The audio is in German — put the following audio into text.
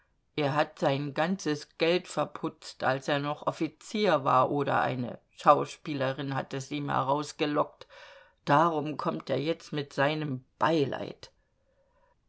er hat sein ganzes geld verputzt als er noch offizier war oder eine schauspielerin hat es ihm herausgelockt darum kommt er jetzt mit seinem beileid